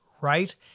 right